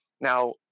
Now